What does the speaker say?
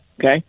Okay